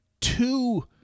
two